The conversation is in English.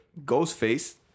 Ghostface